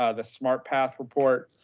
ah the smart path report.